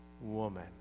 woman